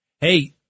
Hey